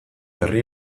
herri